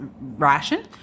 ration